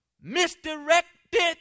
misdirected